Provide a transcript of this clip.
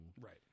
Right